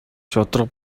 шударга